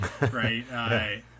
right